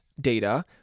data